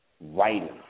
writing